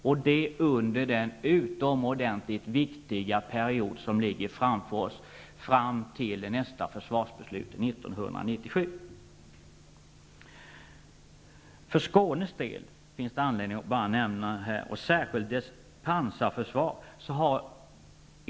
Det här gäller den utomordentligt viktiga period som ligger framför oss fram till nästa försvarbeslut 1997. Det finns anledning att särskilt nämna pansarförsvaret i Skåne.